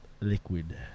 liquid